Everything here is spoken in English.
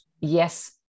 yes